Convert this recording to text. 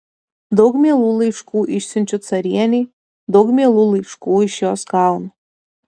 daug mielų laiškų išsiunčiu carienei daug mielų laiškų iš jos gaunu